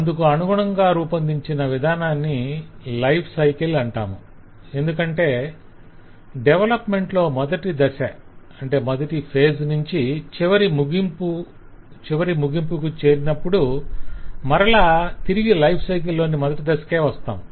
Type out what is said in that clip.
అందుకు అనుగుణంగా రూపొందించిన విధానాన్ని లైఫ్ సైకిల్ అంటాము ఎందుకంటే డెవలప్మెంట్ లో మొదటి దశ నుంచి చివరి ముగింపుకు చేరినప్పుడు మరల తిరిగి లైఫ్ సైకిల్ లోని మొదటి దశకే వస్తాము